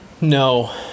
No